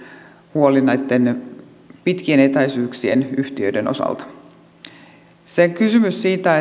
huoli näitten pitkien etäisyyksien yhtiöiden osalta mitä tulee kysymykseen siitä